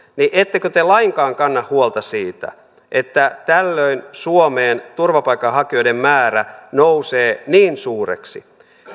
niin ettekö te lainkaan kanna huolta siitä että tällöin suomen turvapaikanhakijoiden määrä nousee niin suureksi